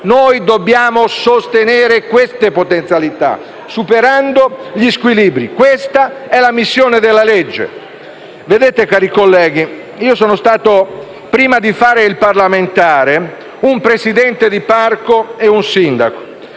Dobbiamo sostenere queste potenzialità, superando gli squilibri: questa è la missione della legge. Vedete, cari colleghi, prima di fare il parlamentare, sono stato un presidente di parco e un sindaco